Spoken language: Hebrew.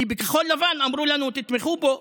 כי בכחול לבן אמרו לנו: תתמכו בו,